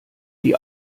die